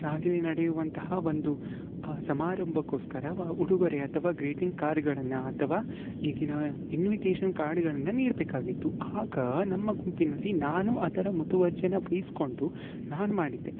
ಶಾಲೆಯಲ್ಲಿ ನಡಿಯುವಂತಹ ಒಂದು ಸಮಾರಂಭಕ್ಕೋಸ್ಕರ ವಾ ಉಡುಗರೆ ಅಥವಾ ಗ್ರೀಟಿಂಗ್ ಕಾರ್ಗಳನ್ನು ಅಥವಾ ಈಗಿನ ಇನ್ವಿಟೇಷನ್ ಕಾರ್ಡ್ಗಳನ್ನು ನೀಡ್ಬೇಕು ಆಗಿತ್ತು ಆಗ ನಮ್ಮ ಗುಂಪಿನಲ್ಲಿ ನಾನು ಅದರ ಮುತುವರ್ಜೆನ ವೈಸ್ಕೊಂಡು ನಾನು ಮಾಡಿದೆ